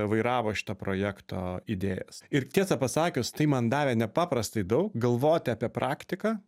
vairavo šito projekto idėjas ir tiesą pasakius tai man davė nepaprastai daug galvoti apie praktiką